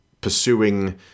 pursuing